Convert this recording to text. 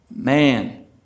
Man